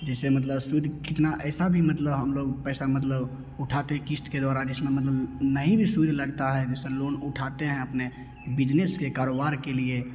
जैसे मतलब सूद कितना ऐसा भी मतलब हम लोग पैसा मतलब उठाते क़िश्त के द्वारा जिसमें मतलब नहीं भी सूद लगता है जिसमें लोन उठाते हैं अपने बीजनेस के कारोबार के लिए